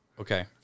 Okay